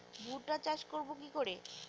ভুট্টা চাষ করব কি করে?